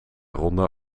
ronde